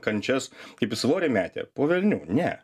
kančias kaip jis svorį metė po velnių ne